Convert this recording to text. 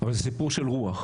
אבל זה סיפור של רוח.